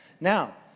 Now